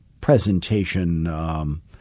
presentation